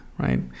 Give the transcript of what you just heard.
Right